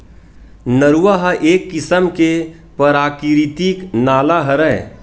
नरूवा ह एक किसम के पराकिरितिक नाला हरय